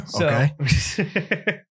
Okay